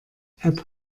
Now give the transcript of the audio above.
app